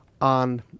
on